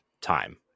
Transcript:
time